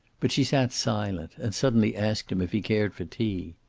but she sat silent, and suddenly asked him if he cared for tea.